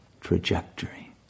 trajectory